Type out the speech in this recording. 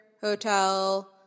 Hotel